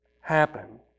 happen